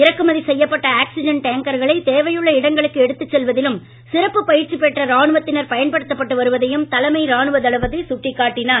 இறக்குமதி செய்யப்பட்ட ஆக்ஸிஜன் டேங்கர்களை தேவையுள்ள இடங்களுக்கு எடுத்து செல்வதிலும் சிறப்பு பயிற்சி பெற்ற ராணுவத்தினர் பயன்படுத்தப்பட்டு வருவதையும் தலைமை ராணுவ தளபதி சுட்டிக்காட்டினார்